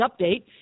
update